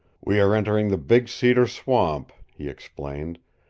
we are entering the big cedar swamp, he explained.